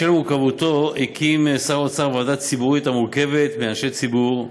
בשל מורכבותו הקים שר האוצר ועדה ציבורית המורכבת מאנשי ציבור,